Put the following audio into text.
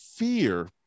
fear